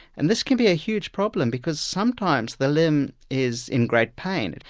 and this can be a huge problem, because sometimes the limb is in great pain, and